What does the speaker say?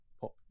pop